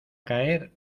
caer